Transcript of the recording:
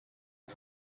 you